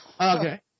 Okay